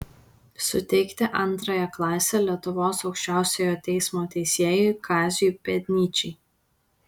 suteikti antrąją klasę lietuvos aukščiausiojo teismo teisėjui kaziui pėdnyčiai